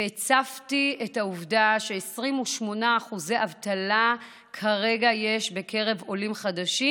והצפתי את העובדה שיש כרגע 28% אבטלה בקרב עולים חדשים.